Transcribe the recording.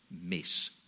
miss